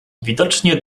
widocznie